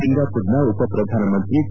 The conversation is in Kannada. ಸಿಂಗಾಪುರ್ನ ಉಪ ಪ್ರಧಾನ ಮಂತ್ರಿ ಟ